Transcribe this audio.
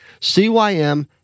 CYM